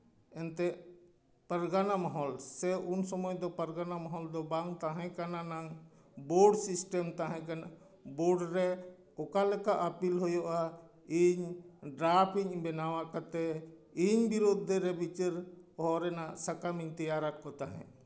ᱡᱟᱦᱟᱸ ᱯᱟᱨᱜᱟᱱᱟ ᱢᱚᱦᱚᱞ ᱥᱮ ᱩᱱ ᱥᱚᱢᱚᱭ ᱫᱚ ᱯᱟᱨᱜᱟᱱᱟ ᱢᱚᱦᱚᱞ ᱫᱚ ᱵᱟᱝ ᱛᱟᱦᱮᱸ ᱠᱟᱱᱟ ᱱᱟᱝ ᱵᱳᱨᱰ ᱥᱤᱥᱴᱮᱢ ᱛᱟᱦᱮᱸ ᱠᱟᱱᱟ ᱵᱳᱨᱰ ᱨᱮ ᱚᱠᱟ ᱞᱮᱠᱟ ᱟᱹᱯᱤᱞ ᱦᱩᱭᱩᱜᱼᱟ ᱤᱧ ᱰᱨᱟᱯᱷᱴᱤᱧ ᱵᱮᱱᱟᱣ ᱠᱟᱛᱮᱫ ᱤᱧ ᱵᱤᱨᱩᱫᱽᱫᱷᱚ ᱨᱮ ᱵᱤᱪᱟᱹᱨ ᱦᱚᱨ ᱨᱮᱱᱟᱜ ᱥᱟᱠᱟᱢ ᱤᱧ ᱛᱮᱭᱟᱨᱟᱜ ᱠᱚ ᱛᱟᱦᱮᱸᱫ